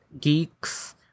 Geeks